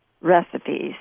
recipes